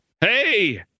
Hey